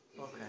Okay